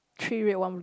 three red one blue